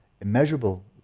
immeasurable